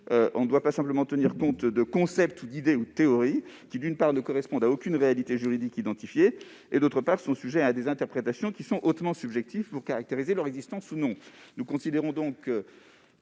On ne doit pas simplement tenir compte des « idées ou théories », des concepts qui, d'une part, ne correspondent à aucune réalité juridique identifiée et, d'autre part, sont sujets à des interprétations hautement subjectives pour caractériser leur existence ou non. Le dispositif mérite donc